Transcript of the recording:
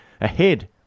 ahead